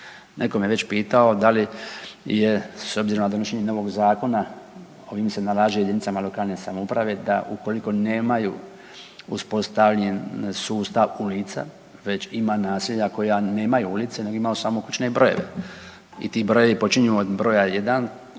Netko me je već pitao da li je s obzirom na donošenje novog zakona ovim se nalaže JLS da ukoliko nemaju uspostavljen sustav ulica već ima naselja koja nemaju ulice nego imaju samo kućne brojeve i ti brojevi počinju od broja